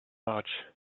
march